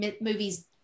movies